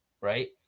right